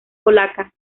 polaca